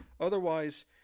Otherwise